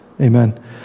Amen